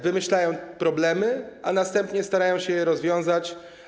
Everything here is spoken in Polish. Wymyślają problemy, a następnie starają się je rozwiązać.